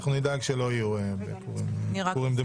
אבל אנחנו נדאג שלא יתקיימו דיונים בפורים דמוקפים.